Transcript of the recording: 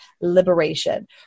liberation